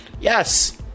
yes